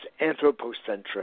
anthropocentric